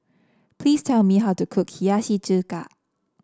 please tell me how to cook Hiyashi Chuka